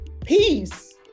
peace